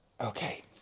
okay